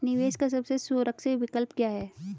निवेश का सबसे सुरक्षित विकल्प क्या है?